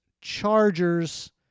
chargers